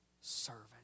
servant